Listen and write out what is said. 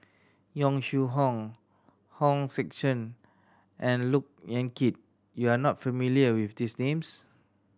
Yong Shu Hoong Hong Sek Chern and Look Yan Kit you are not familiar with these names